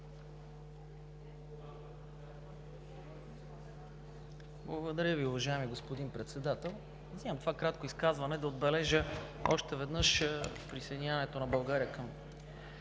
Благодаря Ви, уважаеми господин Председател. Взимам това кратко изказване да отбележа още веднъж присъединяването на България към